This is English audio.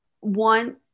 one